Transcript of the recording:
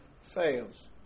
fails